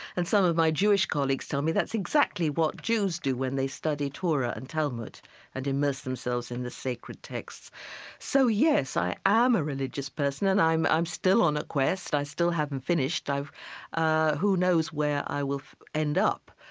and some of my jewish colleagues tell me that's exactly what jews do when they study torah and talmud and immerse themselves in the sacred texts so yes, i am a religious person and i'm i'm still on a quest. i still haven't finished. ah who knows where i will end up.